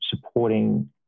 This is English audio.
supporting